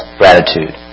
gratitude